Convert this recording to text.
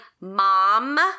Mom